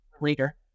later